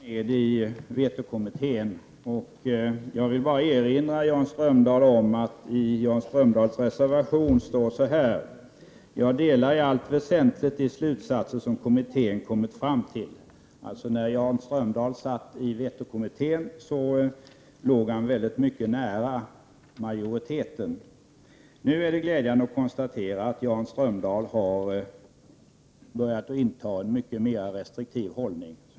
Herr talman! Både Jan Strömdahl och jag satt i vetokommittén. Jag vill bara erinra Jan Strömdahl om att i Jan Strömdahls reservation står så här: Jag delar i allt väsentligt de slutsatser som kommittén kommit fram till. När Jan Strömdahl satt i vetokommittén låg han alltså mycket nära majoriteten. Nu är det glädjande att kunna konstatera att Jan Strömdahl har börjat inta en mycket mera restriktiv hållning.